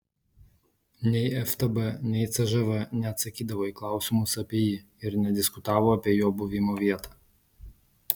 nei ftb nei cžv neatsakydavo į klausimus apie jį ir nediskutavo apie jo buvimo vietą